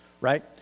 right